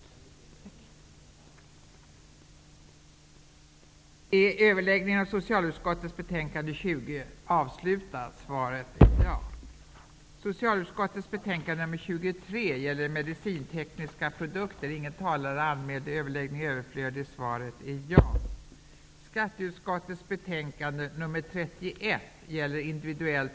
Tack!